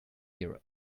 your